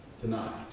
tonight